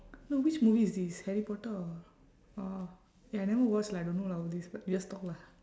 no which movie is this harry potter or orh eh I never watch lah I don't know lah all this but we just talk lah